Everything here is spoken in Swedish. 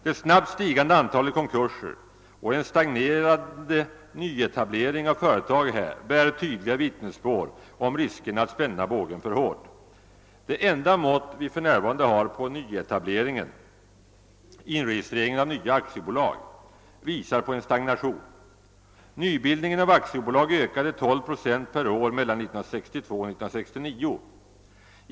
Det snabbt stigande antalet konkurser och en stagnerande nyetablering av företag bär tydliga vittnesbörd om riskerna att spänna bågen för hårt. Det enda mått vi för närvarande har på nyetableringen är inregistreringen av nya aktiebolag. Denna ökade 12 procent per år mellan 1962 och 1969.